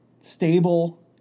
Stable